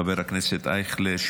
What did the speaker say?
חבר הכנסת אייכלר,